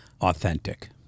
authentic